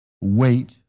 Wait